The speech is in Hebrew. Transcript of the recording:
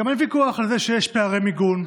גם אין ויכוח על זה שיש פערי מיגון,